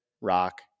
Rock